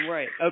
Right